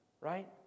Right